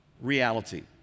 reality